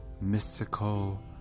mystical